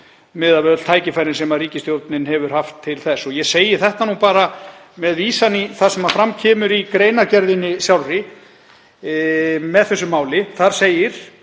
miðað við öll tækifærin sem ríkisstjórnin hefur haft til þess. Ég segi þetta bara með vísan í það sem fram kemur í greinargerðinni sjálfri með þessu máli. Þar segir: